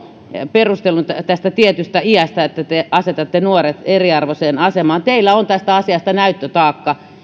perustelun tästä tietystä iästä että te asetatte nuoret eriarvoiseen asemaan teillä on tästä asiasta näyttötaakka